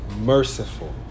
merciful